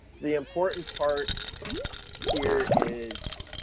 the important part here is